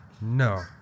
No